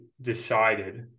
decided